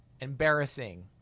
Embarrassing